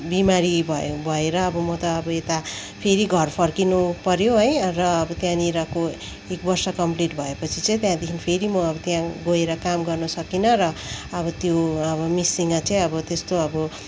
बिमारी भए भएर म त अब यता फेरि घर फर्कनु पऱ्यो है र त्यहाँनिरको एक वर्ष कम्प्लिट भएपछि चाहिँ त्यहाँदेखि फेरि म अब त्यहाँ गएर काम गर्न सकिनँ र आबो त्यो अब मिससँग चाहिँ अब त्यस्तो अब